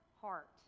heart